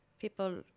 People